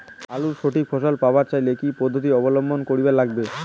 আলুর সঠিক ফলন পাবার চাইলে কি কি পদ্ধতি অবলম্বন করিবার লাগবে?